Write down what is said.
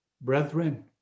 Brethren